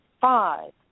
five